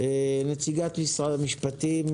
נציגת משרד המשפטים,